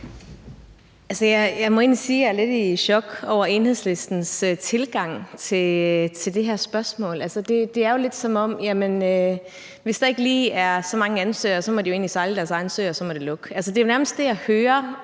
Jeg må egentlig sige, at jeg er lidt i chok over Enhedslistens tilgang til det her spørgsmål. Altså, det er jo lidt, som om de, hvis der ikke lige er så mange ansøgere, egentlig må sejle deres egen sø, og at så må det lukke. Det er nærmest det, jeg hører